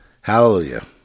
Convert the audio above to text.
Hallelujah